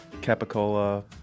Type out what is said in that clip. capicola